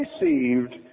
received